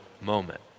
moment